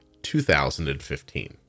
2015